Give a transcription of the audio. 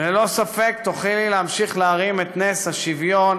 ללא ספק תוכלי להמשיך להרים את נס השוויון